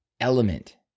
element